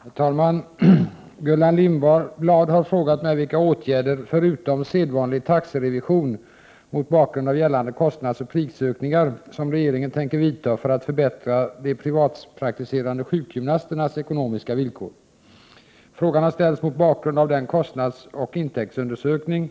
Herr talman! Gullan Lindblad har frågat mig vilka åtgärder — förutom sedvanlig taxerevision mot bakgrund av gällande kostnadsoch prisökningar - som regeringen tänker vidta för att förbättra de privatpraktiserande sjukgymnasternas ekonomiska villkor. Frågan har ställts mot bakgrund av den kostnadsoch intäktsundersökning